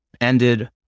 ended